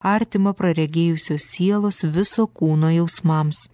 artimą praregėjusio sielos viso kūno jausmams